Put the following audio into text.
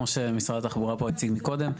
זה כמו שמשרד התחבורה הציג פה מקודם.